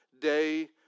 day